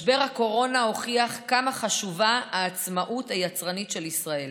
משבר הקורונה הוכיח כמה חשובה העצמאות היצרנית של ישראל.